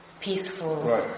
peaceful